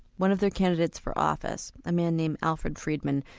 one of their candidates for office, a man named alfred friedman,